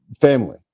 family